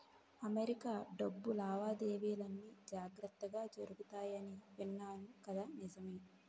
America డబ్బు లావాదేవీలన్నీ జాగ్రత్తగా జరుగుతాయని విన్నాను కదా నిజమే